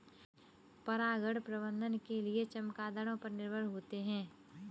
परागण प्रबंधन के लिए चमगादड़ों पर निर्भर होते है